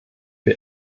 wir